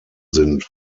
sind